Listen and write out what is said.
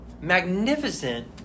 magnificent